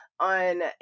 on